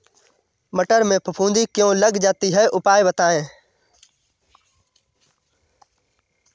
मटर में फफूंदी क्यो लग जाती है उपाय बताएं?